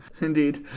Indeed